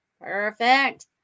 Perfect